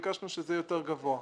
ביקשנו שזה יהיה יותר גבוה.